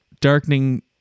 darkening